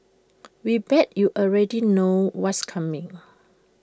we bet you already know what's coming